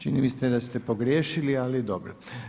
Čini mi se da ste pogriješili, ali dobro.